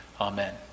Amen